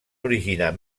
originar